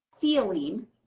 feeling